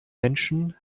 menschen